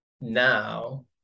now